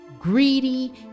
greedy